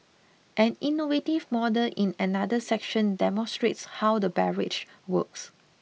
an innovative model in another section demonstrates how the barrage works